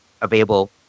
available